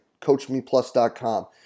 coachmeplus.com